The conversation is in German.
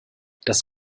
das